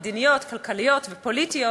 מדיניות, כלכליות ופוליטיות,